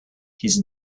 his